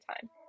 time